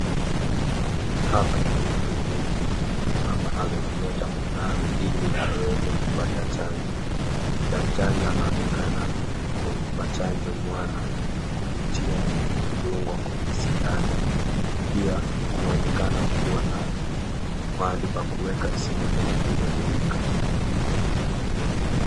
Hapa ni kwenye kliniki. Mama amemleta mwanawe ili aweze kupata chanjo. Daktari anawanekana kumpa chanjo mwana kupitia kudungwa kwenye sindano. Pia kunaonekana kuwa na mahali pa kuweka sindano zilizotumika.